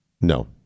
No